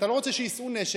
אתה לא רוצה שיישאו נשק,